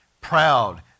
proud